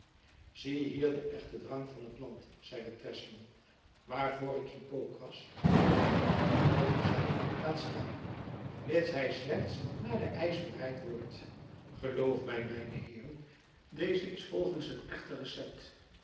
ziethier den echten drank van t land zeide treslong waarvoor ik hypocras en malvezij laat staan mits hij slechts naar den eisch bereid worde gelooft mij mijne heeren deze is volgens het echte recept